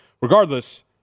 regardless